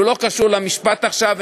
שאינו קשור למשפט עכשיו,